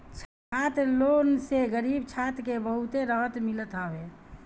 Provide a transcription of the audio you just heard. छात्र लोन से गरीब छात्र के बहुते रहत मिलत हवे